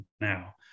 now